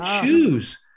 choose